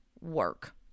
work